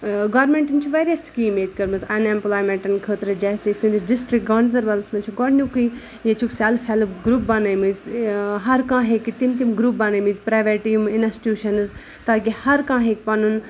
گورمٮ۪نٛٹَن چھِ واریاہ سِکیٖم ییٚتہِ کٔرمٕژ اَن اٮ۪مپلایمٮ۪نٛٹَن خٲطرٕ جیسے سٲنِس ڈِسٹرٛک گاندَربَلَس منٛز چھِ گۄڈنیُکُے ییٚتہِ چھُکھ سٮ۪لٕف ہٮ۪لٕپ گرُپ بَنٲمٕژۍ ہرکانٛہہ ہیٚکہِ تِم تِم گرُپ بَنٲومٕتۍ پرٛٮ۪ویٹ یِم اِنَسٹیوٗشَنٕز تاکہِ ہرکانٛہہ ہیٚکہِ پَنُن